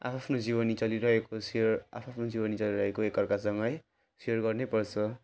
आफ्आफ्नो जीवनी चलिरहेको सेयर आफ्आफ्नो जीवनी चलिरहेको एकाअर्कासँग है सेयर गर्नैपर्छ